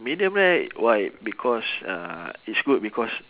medium rare why because uh is good because